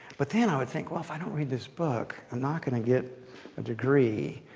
but then i would think, well, if i don't read this book, i'm not going to get a degree.